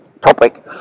topic